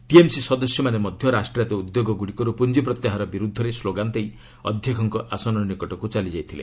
TMC ସଦସ୍ୟମାନେ ମଧ୍ୟ ରାଷ୍ଟ୍ରାୟତ ଉଦ୍ୟୋଗଗୁଡ଼ିକରୁ ପୁଞ୍ଜି ପ୍ରତ୍ୟାହାର ବିରୁଦ୍ଧରେ ସ୍କ୍ଲୋଗାନ୍ ଦେଇ ଅଧ୍ୟକ୍ଷଙ୍କ ଆସନ ନିକଟକୁ ଚାଲିଯାଇଥିଲେ